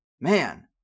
Man